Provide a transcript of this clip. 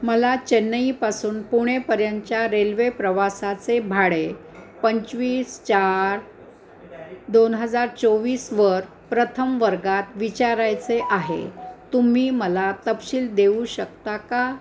मला चेन्नईपासून पुणेपर्यंतच्या रेल्वे प्रवासाचे भाडे पंचवीस चा र दोन हजार चोवीसवर प्रथम वर्गात विचारायचे आहे तुम्ही मला तपशील देऊ शकता का